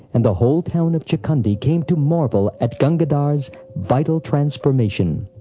and the whole town of chakhandi came to marvel at gangadhar's vital transformation.